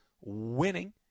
winning